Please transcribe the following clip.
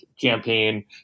campaign